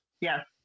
Yes